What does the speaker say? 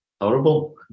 Horrible